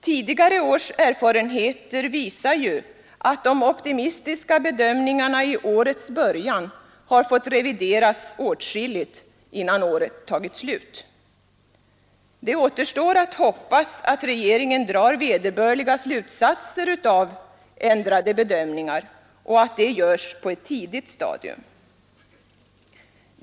Tidigare års erfarenheter visar ju att de optimistiska bedömningarna vid årets början fått revideras åtskilligt innan året varit slut. Det återstår att hoppas att regeringen drar vederbörliga slutsatser av ändrade bedömningar och att det sker på ett tidigt stadium.